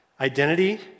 IDENTITY